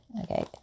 Okay